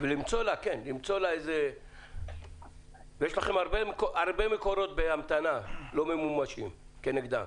יש לכם הרבה מקורות בהמתנה, לא ממומשים, כנגדה.